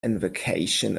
invocation